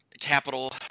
capital